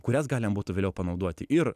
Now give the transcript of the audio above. kurias galima būtų vėliau panaudoti ir